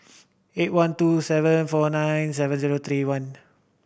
eight one two seven four nine seven zero three one